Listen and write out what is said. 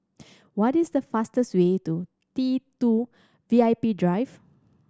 what is the fastest way to T Two V I P Drive